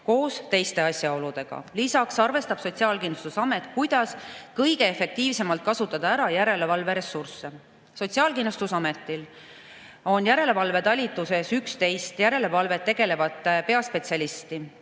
koos teiste asjaoludega. Lisaks arvestab Sotsiaalkindlustusamet, kuidas kõige efektiivsemalt kasutada ära järelevalveressursse. Sotsiaalkindlustusametil on järelevalvetalituses 11 järelevalvega tegelevat peaspetsialisti,